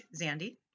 Zandy